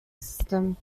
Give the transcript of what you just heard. system